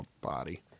body